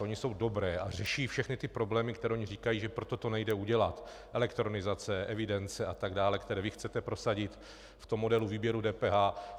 Ony jsou dobré a řeší všechny problémy, které oni říkají, že proto to nejde udělat elektronizace, evidence a tak dále, které vy chcete prosadit v modelu výběru DPH.